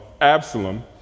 Absalom